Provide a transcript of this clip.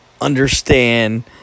understand